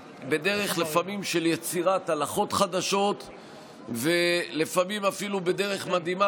ולפעמים בדרך של יצירת הלכות חדשות ולפעמים אפילו בדרך מדהימה,